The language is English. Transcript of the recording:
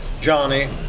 Johnny